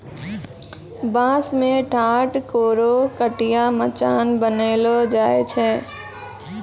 बांस सें ठाट, कोरो, खटिया, मचान बनैलो जाय छै